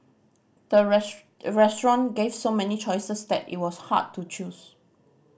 the restaurant gave so many choices that it was hard to choose